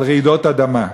על רעידות אדמה,